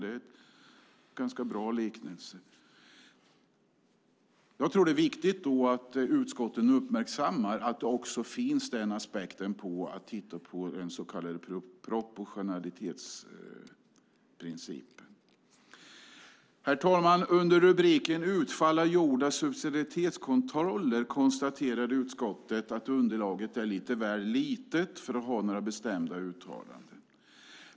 Det är en ganska bra liknelse. Det är viktigt att utskotten uppmärksammar att det också finns den aspekten att titta på den så kallade proportionalitetsprincipen. Herr talman! Under rubriken Utfall av gjorda subsidiaritetskontroller konstaterar utskottet att underlaget är lite väl litet för att göra några bestämda uttalanden.